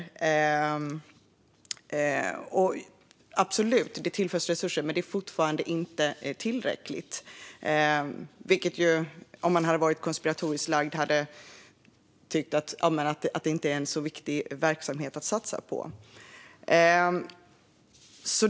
Det tillförs absolut resurser, men det är fortfarande inte tillräckligt, vilket man, om man hade varit konspiratoriskt lagd, kunde tycka pekar på att det inte är en så viktig verksamhet att satsa på.